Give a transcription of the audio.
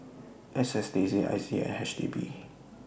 S S D C I C and H D B